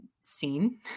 seen